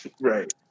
Right